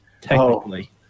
technically